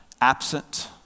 absent